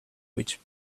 which